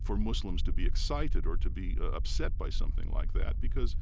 for muslims to be excited or to be upset by something like that because,